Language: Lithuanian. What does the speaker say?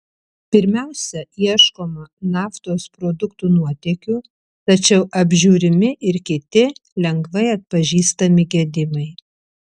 pirmiausia ieškoma naftos produktų nuotėkių tačiau apžiūrimi ir kiti lengvai atpažįstami gedimai